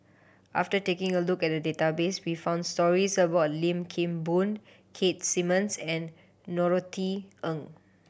after taking a look at the database we found stories about Lim Kim Boon Keith Simmons and Norothy Ng